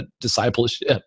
discipleship